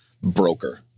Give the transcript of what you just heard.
broker